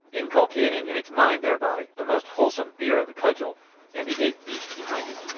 inculcating in its mind thereby a most wholesome fear of the cudgel and the ape-beasts behind it.